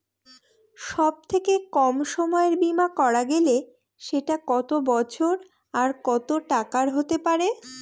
সব থেকে কম সময়ের বীমা করা গেলে সেটা কত বছর আর কত টাকার হতে পারে?